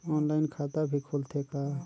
Online खाता भी खुलथे का?